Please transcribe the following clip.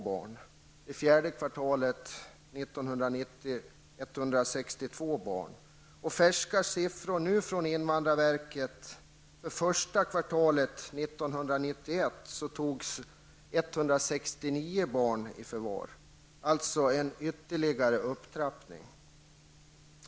Under fjärde kvartalet togs 162 barn i förvar och färska siffror från invandrarverket för första kvartalet 1991 visar att 169 barn togs i förvar, alltså en ytterligare upptrappning.